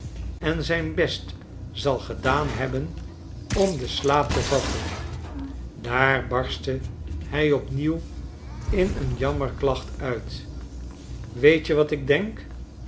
en zijn best zal gedaan hebben om den slaap te vatten daar barstte hij opnieuw in een jammerklacht uit weetje wat ik denk